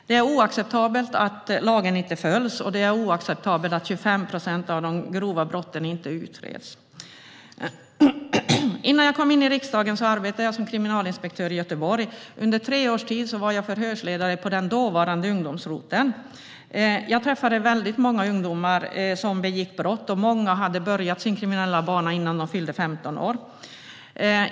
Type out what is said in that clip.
Det är oacceptabelt att lagen inte följs, och det är oacceptabelt att 25 procent av de grova brotten inte utreds. Innan jag kom in i riksdagen arbetade jag som kriminalinspektör i Göteborg, och under tre års tid var jag förhörsledare på den dåvarande ungdomsroteln. Jag träffade väldigt många ungdomar som begick brott, och många hade börjat sin kriminella bana innan de fyllde 15 år.